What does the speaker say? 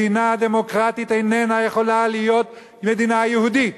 מדינה דמוקרטית איננה יכולה להיות מדינה יהודית,